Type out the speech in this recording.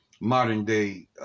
modern-day